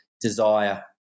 desire